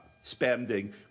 spending